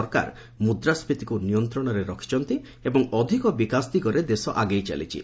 ସରକାର ମୁଦ୍ରାଷ୍କୀତିକୁ ନିୟନ୍ତ୍ରଣରେ ରଖିଛନ୍ତି ଏବଂ ଅଧିକ ବିକାଶ ଦିଗରେ ଦେଶ ଆଗେଇ ଚାଲିଛି